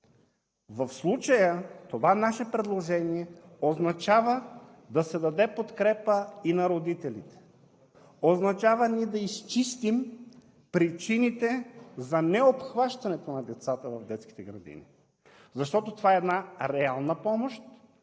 В случая това наше предложение означава да се даде подкрепа и на родителите, означава ние да изчистим причините за необхващането на децата в детските градини, защото това е една реална помощ,